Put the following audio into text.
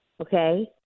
Okay